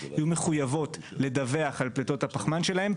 יהיו מחויבות לדווח על פליטות הפחמן שלהן,